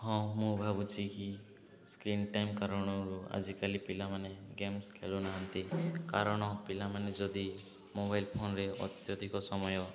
ହଁ ମୁଁ ଭାବୁଛି କି ସ୍କ୍ରିନ୍ ଟାଇମ୍ କାରଣରୁ ଆଜିକାଲି ପିଲାମାନେ ଗେମ୍ସ ଖେଳୁନାହାନ୍ତି କାରଣ ପିଲାମାନେ ଯଦି ମୋବାଇଲ ଫୋନରେ ଅତ୍ୟଧିକ ସମୟ